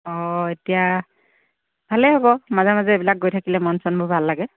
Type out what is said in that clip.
অঁ এতিয়া ভালে হ'ব মাজে মাজে এইবিলাক গৈ থাকিলে মন চনবোৰ ভাল লাগে